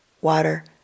water